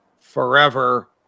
forever